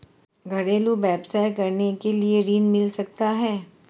घरेलू व्यवसाय करने के लिए ऋण मिल सकता है?